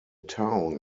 town